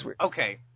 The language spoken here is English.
okay